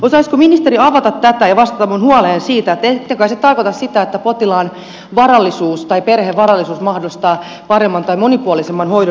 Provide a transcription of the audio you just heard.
osaisiko ministeri avata tätä ja vastata minun huoleeni siitä että ette kai te tarkoita sitä että potilaan varallisuus tai perheen varallisuus mahdollistaa paremman tai monipuolisemman hoidon